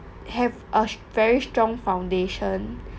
have a very strong foundation